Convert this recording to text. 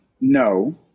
no